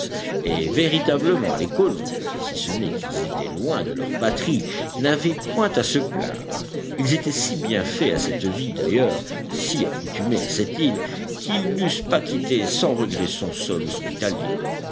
et véritablement les colons si ce n'est qu'ils étaient loin de leur patrie n'avaient point à se plaindre ils étaient si bien faits à cette vie d'ailleurs si accoutumés à cette île qu'ils n'eussent pas quitté sans regret son sol hospitalier